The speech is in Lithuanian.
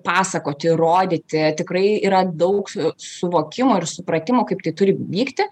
pasakoti rodyti tikrai yra daug suvokimo ir supratimo kaip tai turi vykti